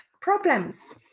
problems